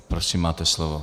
Prosím, máte slovo.